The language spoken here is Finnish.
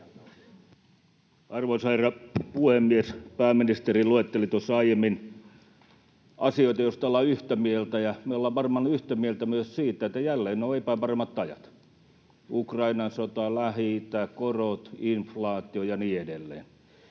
Arvoisa herra puhemies! Pääministeri luetteli tuossa aiemmin asioita, joista ollaan yhtä mieltä. Me ollaan varmaan yhtä mieltä myös siitä, että jälleen on epävarmat ajat: Ukrainan sota, Lähi-itä, korot, inflaatio ja niin edelleen.